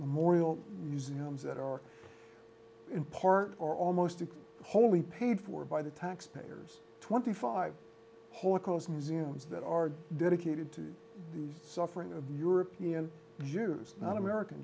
memorial museums that are in part or almost wholly paid for by the taxpayers twenty five whole coast museums that are dedicated to the suffering of european jews not american